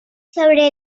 sobre